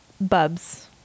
bubs